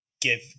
give